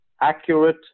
accurate